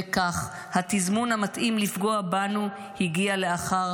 וכך התזמון המתאים לפגוע בנו הגיע לאחר